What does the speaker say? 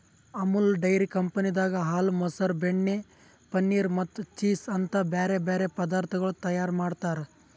Amul dairy ಕಂಪನಿದಾಗ್ ಹಾಲ, ಮೊಸರ, ಬೆಣ್ಣೆ, ಪನೀರ್ ಮತ್ತ ಚೀಸ್ ಅಂತ್ ಬ್ಯಾರೆ ಬ್ಯಾರೆ ಪದಾರ್ಥಗೊಳ್ ತೈಯಾರ್ ಮಾಡ್ತಾರ್